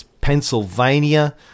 Pennsylvania